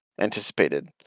anticipated